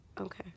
okay